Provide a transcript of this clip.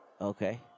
Okay